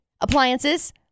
Appliances